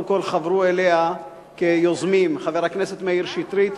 חברו אליה כיוזמים חבר הכנסת מאיר שטרית,